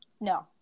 No